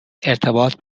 ارتباط